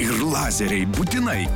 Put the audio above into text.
ir lazeriai būtinai